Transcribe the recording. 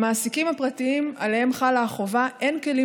למעסיקים הפרטיים שעליהם חלה החובה אין כלים